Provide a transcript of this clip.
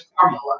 formula